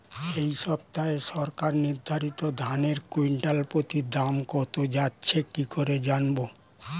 এই সপ্তাহে সরকার নির্ধারিত ধানের কুইন্টাল প্রতি দাম কত যাচ্ছে কি করে জানবো?